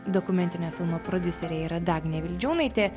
dokumentinio filmo prodiuserė yra dagnė vildžiūnaitė